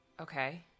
Okay